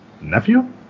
nephew